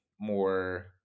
more